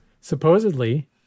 supposedly